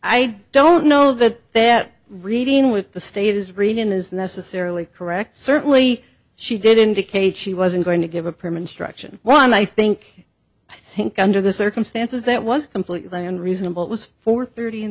i don't know that that reading with the state is reading is necessarily correct certainly she did indicate she wasn't going to give a print struction one i think i think under the circumstances that was completely unreasonable it was four thirty in